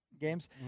games